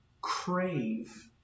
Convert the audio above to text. crave